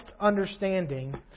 understanding